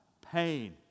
pain